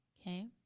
okay